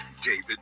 David